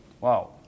Wow